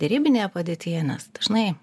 derybinėje padėtyje nes dažnai